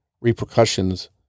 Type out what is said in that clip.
repercussions